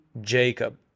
Jacob